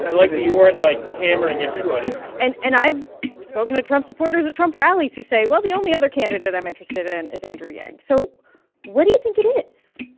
like that you weren't, like, hammering everybody and and i've spoken to trump supporters at trump rallies who say, well, the only other candidate i'm interested in is andrew yang. so what do you think it is?